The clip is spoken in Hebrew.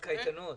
קייטנות.